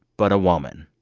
but a woman,